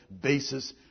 basis